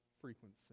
frequency